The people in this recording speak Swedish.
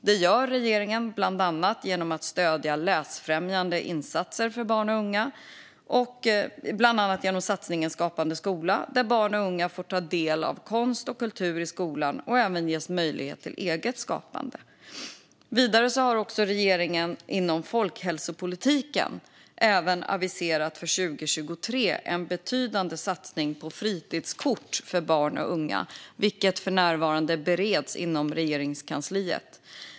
Det gör regeringen bland annat genom att stödja läsfrämjande insatser för barn och unga samt genom satsningen Skapande skola, där barn och unga får ta del av konst och kultur i skolan och även ges möjlighet till eget skapande. Vidare har regeringen inom folkhälsopolitiken även aviserat för 2023 en betydande satsning på fritidskort för barn och unga, vilket för närvarande bereds inom Regeringskansliet.